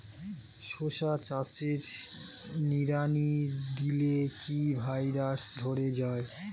শশা চাষে নিড়ানি দিলে কি ভাইরাস ধরে যায়?